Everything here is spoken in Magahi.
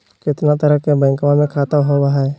कितना तरह के बैंकवा में खाता होव हई?